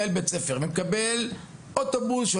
מנהל בית ספר שמוציא טיול כזה,